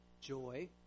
joy